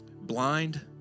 blind